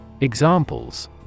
Examples